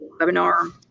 webinar